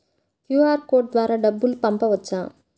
QR code ద్వారా డబ్బులు పంపవచ్చా?